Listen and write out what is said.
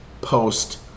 post